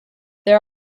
there